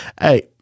hey